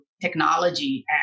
technology